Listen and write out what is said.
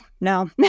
no